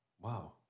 wow